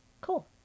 Cool